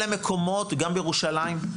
נכון, גם בית שמש, גם בירושלים.